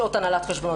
שעות הנהלת חשבונות.